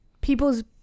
people's